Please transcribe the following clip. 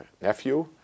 nephew